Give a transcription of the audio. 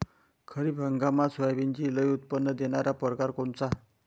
खरीप हंगामात सोयाबीनचे लई उत्पन्न देणारा परकार कोनचा?